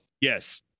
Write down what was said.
Yes